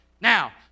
Now